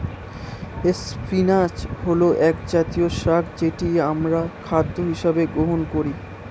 spinach হল একজাতীয় শাক যেটি আমরা খাদ্য হিসেবে গ্রহণ করি